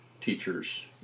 teachers